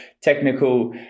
technical